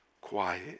quiet